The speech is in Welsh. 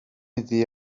iddi